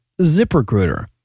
ZipRecruiter